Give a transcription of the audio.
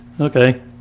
Okay